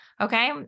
Okay